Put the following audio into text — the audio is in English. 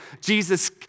Jesus